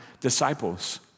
disciples